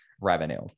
revenue